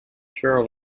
carol